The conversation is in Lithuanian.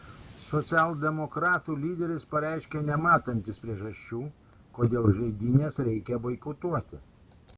socialdemokratų lyderis pareiškė nematantis priežasčių kodėl žaidynes reikia boikotuoti